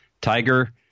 Tiger